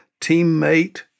teammate